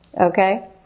okay